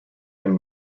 him